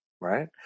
Right